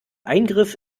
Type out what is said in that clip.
eingriff